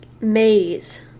Maze